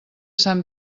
sant